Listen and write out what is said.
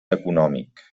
econòmic